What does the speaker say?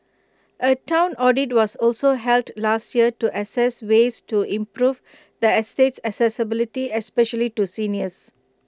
A Town audit was also held last year to assess ways to improve the estate's accessibility especially to seniors